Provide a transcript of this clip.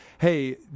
hey